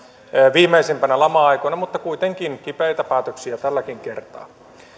viimeisimpinä lama aikoina mutta kuitenkin kipeitä päätöksiä tälläkin kertaa